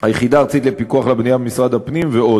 היחידה הארצית לפיקוח על בנייה במשרד הפנים ועוד.